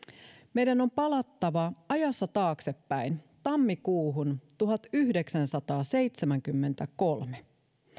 meidän on palattava ajassa taaksepäin tammikuuhun tuhatyhdeksänsataaseitsemänkymmentäkolme